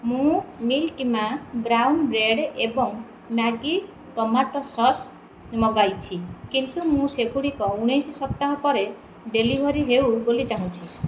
ମୁଁ ମିଲ୍କ୍ ମା brown bread ଏବଂ ମ୍ୟାଗି ଟମାଟୋ ସସ୍ ମଗାଇଛି କିନ୍ତୁ ମୁଁ ସେଗୁଡ଼ିକ ଉଣେଇଶି ସପ୍ତାହ ପରେ ଡେଲିଭର୍ ହେଉ ବୋଲି ଚାହୁଁଛି